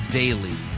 daily